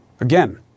Again